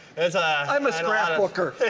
as a. i'm a scrapbooker!